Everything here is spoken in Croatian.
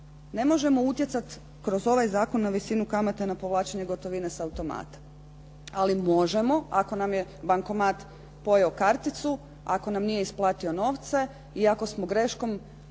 Ne možemo utjecati kroz ovaj zakon na visinu kamata na povlačenje gotovine sa automata. Ali možemo ako nam je bankomat pojeo karticu, ako nam nije isplatio novce i ako smo greškom